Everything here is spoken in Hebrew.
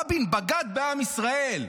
רבין בגד בעם ישראל,